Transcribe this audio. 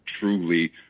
truly